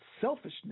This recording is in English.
selfishness